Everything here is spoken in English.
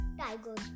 tigers